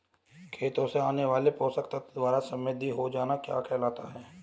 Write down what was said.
खेतों से आने वाले पोषक तत्वों द्वारा समृद्धि हो जाना क्या कहलाता है?